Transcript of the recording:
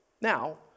Now